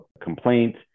complaint